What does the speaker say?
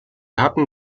hatten